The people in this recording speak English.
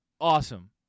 Awesome